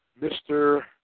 Mr